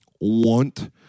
want